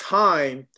time